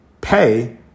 pay